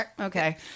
okay